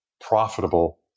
profitable